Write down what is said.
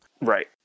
right